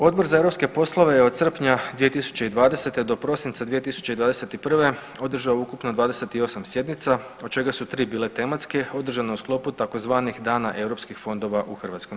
Odbor za europske poslove je od srpnja 2020. do prosinca 2021. održao ukupno 28 sjednica od čega su 3 bile tematske održane u sklopu tzv. Dana europskih fondova u HS.